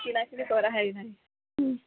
କିଣାକୁଣି କରା ହେଇ ନାହିଁ